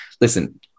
listen